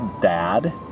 dad